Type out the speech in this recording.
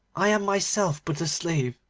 i am myself but a slave,